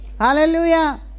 Hallelujah